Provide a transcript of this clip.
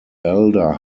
elder